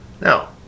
Now